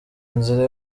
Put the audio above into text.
inzira